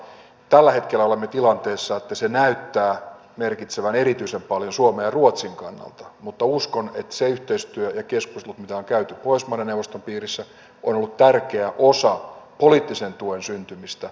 tällä hetkellä olemme tilanteessa että se näyttää merkitsevän erityisen paljon suomen ja ruotsin kannalta mutta uskon että se yhteistyö ja keskustelut mitä on käyty pohjoismaiden neuvoston piirissä ovat olleet tärkeä osa poliittisen tuen syntymistä tälle hankkeelle